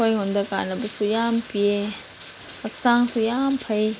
ꯑꯩꯈꯣꯏꯉꯣꯟꯗ ꯀꯥꯟꯅꯕꯁꯨ ꯌꯥꯝ ꯄꯤꯌꯦ ꯍꯛꯆꯥꯡꯁꯨ ꯌꯥꯝ ꯐꯩ